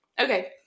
Okay